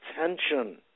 attention